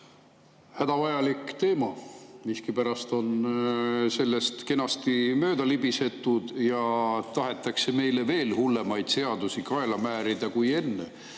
Hädavajalik teema! Miskipärast on sellest kenasti mööda libisetud ja tahetakse meile veel hullemaid seadusi kaela määrida kui enne.